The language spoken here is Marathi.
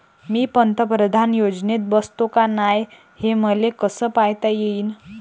मी पंतप्रधान योजनेत बसतो का नाय, हे मले कस पायता येईन?